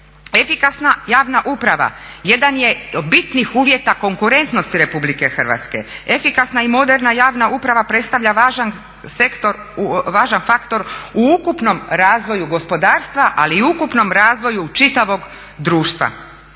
Efikasna javna uprava jedan je od bitnih uvjeta konkurentnosti RH, efikasna i moderna javna uprava predstavlja važan faktor u ukupnom razvoju gospodarstva ali i u ukupnom razvoju čitavog društva.